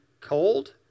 cold